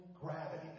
gravity